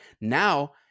Now